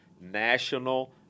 National